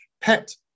pet